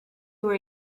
are